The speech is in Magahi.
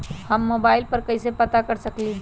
हम मोबाइल पर कईसे पता कर सकींले?